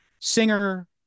singer